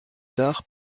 tard